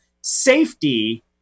safety